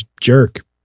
jerk